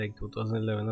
2011